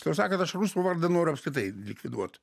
tiksliau sakant aš rusų vardą noriu apskritai likviduot